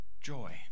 joy